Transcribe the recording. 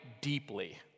deeply